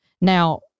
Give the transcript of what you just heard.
Now